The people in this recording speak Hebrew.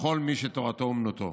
לכל מי שתורתו אומנותו.